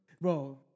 Bro